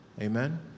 amen